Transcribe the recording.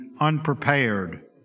unprepared